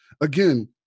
Again